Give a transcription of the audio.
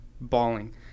bawling